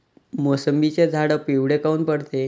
मोसंबीचे झाडं पिवळे काऊन पडते?